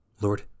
Lord